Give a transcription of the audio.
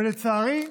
לצערי,